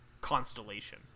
Constellation